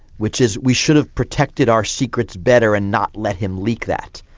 which is we should have protected our secrets better and not let him leak that.